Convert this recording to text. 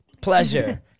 Pleasure